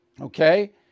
okay